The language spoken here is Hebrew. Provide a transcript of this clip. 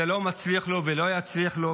זה לא מצליח לו ולא יצליח לו.